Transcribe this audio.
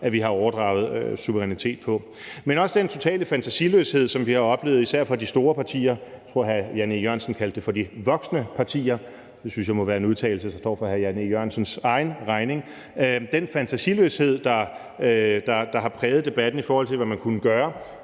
at vi har overdraget suverænitet på. Men også den totale fantasiløshed, som vi jo har oplevet især fra de store partier – jeg tror, hr. Jan E. Jørgensen kaldte det for de voksne partier; det synes jeg må være en udtalelse, der står for hr. Jan E. Jørgensens egen regning – den fantasiløshed, der har præget debatten, i forhold til hvad man kunne gøre,